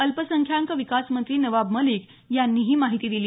अल्पसंख्याक विकास मंत्री नवाब मलिक यांनी ही माहिती दिली